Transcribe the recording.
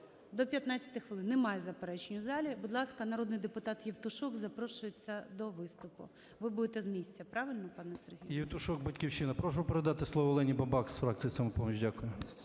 До 15 хвилин. Немає заперечень у залі. Будь ласка, народний депутат Євтушок запрошується до виступу. Ви будете з місця, правильно, пане Сергій? 12:58:28 ЄВТУШОК С.М. Євтушок, "Батьківщина". Прошу передати слово Олені Бабак з фракції "Самопоміч". Дякую.